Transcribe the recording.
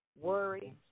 worry